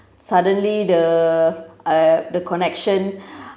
suddenly the uh the connection